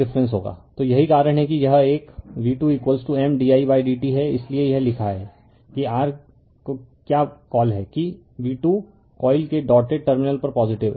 तो यही कारण है कि यह एक v2 M didt है इसलिए यह लिखा है कि r क्या कॉल है कि v2 कॉइल के डॉटेड टर्मिनल पर पॉजिटिव है